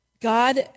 God